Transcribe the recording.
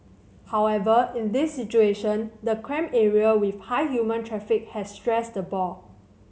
however in this situation the cramped area with high human traffic has stressed the boar